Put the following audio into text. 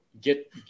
get